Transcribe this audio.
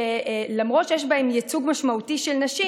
שלמרות שיש בהם ייצוג משמעותי של נשים